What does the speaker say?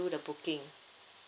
the booking